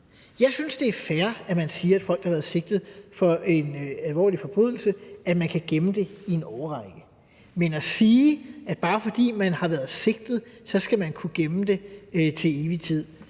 Jeg synes, det er fair, at man siger, at man, når det handler om folk, der har været sigtet for en alvorlig forbrydelse, kan gemme det i en årrække, men at sige, at bare fordi man har været sigtet, skal det kunne gemmes til evig tid,